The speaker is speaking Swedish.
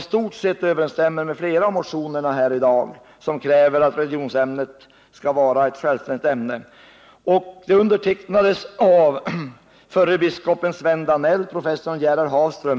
I stort sett överensstämmer kraven i uppropet med, det som föreslås i flera av de motioner som kräver att religionsämnet skall vara ett självständigt ämne. Uppropet undertecknades av förre biskopen Sven Danell och professorn Gerhard Hafström.